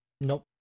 nope